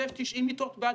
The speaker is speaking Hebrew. ויש 90 מיטות בהדסה,